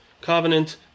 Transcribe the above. covenant